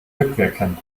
rückwirkend